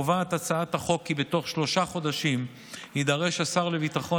קובעת הצעת החוק כי בתוך שלושה חודשים יידרש השר לביטחון